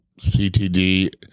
CTD